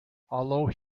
although